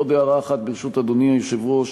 עוד הערה אחת, ברשות אדוני היושב-ראש,